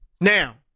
Now